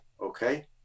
Okay